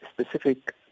specific